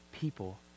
people